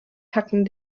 tacken